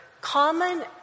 common